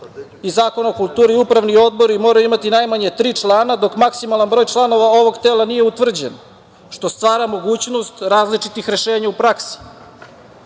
iz Zakona o kulturi upravni odbori moraju imati najmanje tri člana, dok maksimalan broj članova ovog tela nije utvrđen, što stvara mogućnost različitih rešenja u praksi.